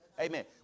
Amen